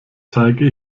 zeige